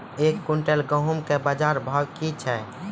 एक क्विंटल गेहूँ के बाजार भाव की छ?